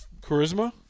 Charisma